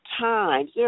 times